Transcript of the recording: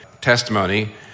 testimony